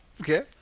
Okay